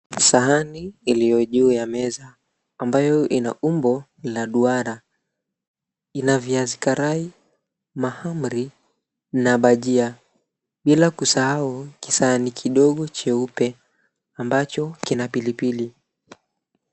Sahani iliyo juu ya meza ambayo ina umbo la duara. Ina viazikarai, mahamri na bhajia bila kusahau kisahani kidogo cheupe ambacho kina pilipili.